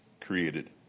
created